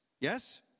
Yes